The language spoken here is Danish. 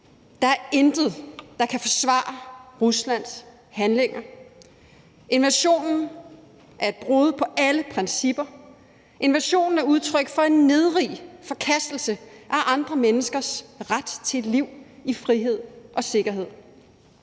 Der er intet, der kan forsvare Ruslands handlinger. Invasionen er et brud på alle principper; invasionen er et udtryk for en nedrig forkastelse af andre menneskers ret til et liv i frihed og sikkerhed;